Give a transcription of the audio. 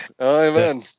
Amen